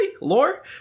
Lore